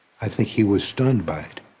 i think he was stunned by it.